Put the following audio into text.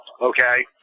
Okay